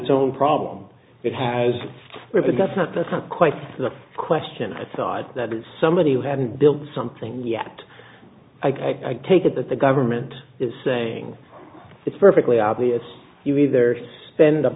own problem it has that's not that's not quite the question i thought that somebody who hadn't built something yet i take it that the government is saying it's perfectly obvious you either spend a